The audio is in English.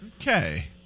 Okay